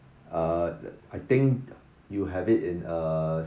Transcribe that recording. uh I think you have it in uh